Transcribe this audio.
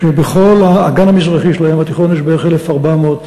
שבכל האגן המזרחי של הים התיכון יש בערך 1,400,